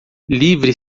livre